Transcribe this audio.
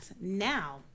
now